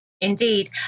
indeed